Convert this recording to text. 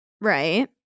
Right